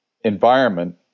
environment